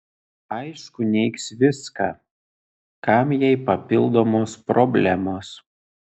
aišku neigs viską kam jai papildomos problemos